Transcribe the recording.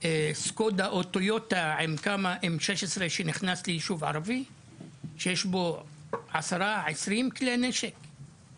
מסוג SKODA או TOYOTA שיש בו עשרה או עשרים כלי נשק ונכנס לישוב ערבי?